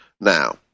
Now